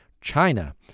China